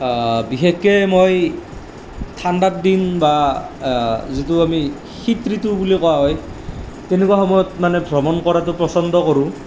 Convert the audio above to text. বিশেষকৈ মই ঠাণ্ডাৰ দিন বা যিটো আমি শীত ঋতু বুলি কোৱা হয় তেনেকুৱা সময়ত মানে ভ্ৰমণ কৰাতো পচন্দ কৰোঁ